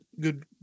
good